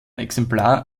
exemplar